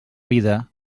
vida